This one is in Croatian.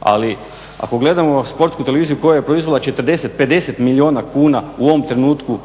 Ali ako gledamo Sportsku televiziju koja je proizvela 40, 50 milijuna kuna u ovom trenutku